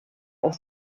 aus